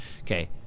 Okay